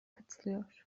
katılıyor